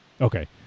Okay